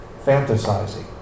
fantasizing